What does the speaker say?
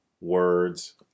words